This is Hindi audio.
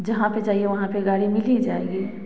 जहाँ पर जाइए वहाँ पर गाड़ी मिल ही जाएगी